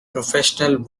professional